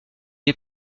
est